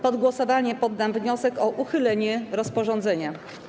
Pod głosowanie poddam wniosek o uchylenie rozporządzenia.